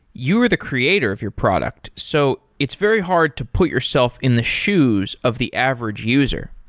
you're the creator of your product. so it's very hard to put yourself in the shoes of the average user.